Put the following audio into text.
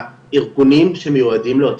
הארגונים שמיועדים לאוטיסטים,